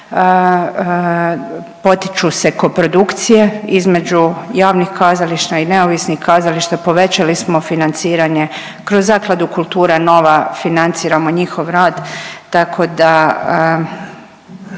Potiču se koprodukcije između javnih kazališta i neovisnih kazališta, povećali smo financiranje kroz zakladu Kultura nova financiramo njihov rad tako da,